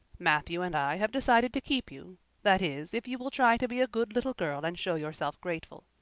matthew and i have decided to keep you that is, if you will try to be a good little girl and show yourself grateful.